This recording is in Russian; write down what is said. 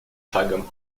шагом